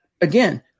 again